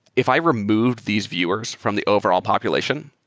if i removed these viewers from the overall population,